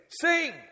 Sing